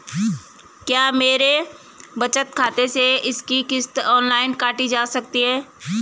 क्या मेरे बचत खाते से इसकी किश्त ऑनलाइन काटी जा सकती है?